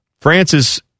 Francis